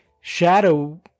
shadow